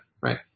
right